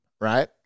right